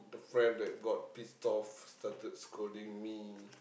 the friend got pissed off started scolding me